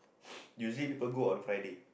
usually people go on Friday